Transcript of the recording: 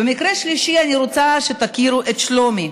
במקרה השלישי אני רוצה שתכירו את שלומי.